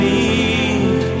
need